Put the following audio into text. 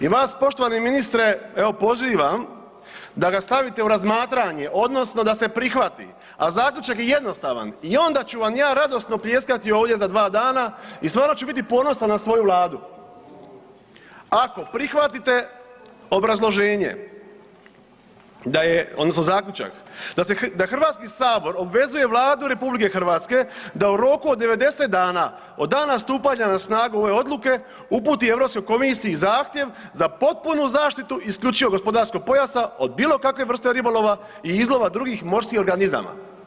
I vas poštovani ministre evo pozivam da ga stavite u razmatranje odnosno da se prihvati, a zaključak je jednostavan i onda ću vam ja radosno pljeskati ovdje za 2 dana i stvarno ću biti ponosan na svoju vladu ako prihvatite obrazloženje da je, odnosno zaključak da HS obvezuje Vladu RH da u roku od 90 dana od dana stupanja na snagu ove odluke uputi Europskoj komisiji zahtjev za potpunu zaštitu IGP-a od bilo kakve vrste ribolova i izlova drugih morskih organizama.